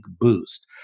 boost